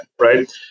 Right